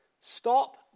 Stop